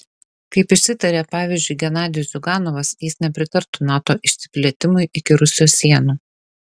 kaip išsitarė pavyzdžiui genadijus ziuganovas jis nepritartų nato išsiplėtimui iki rusijos sienų